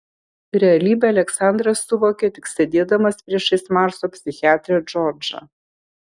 realybę aleksandras suvokė tik sėdėdamas priešais marso psichiatrę džordžą